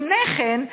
לפני כן,